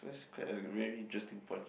that's quite a very interesting point